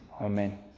Amen